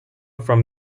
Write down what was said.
from